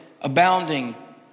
abounding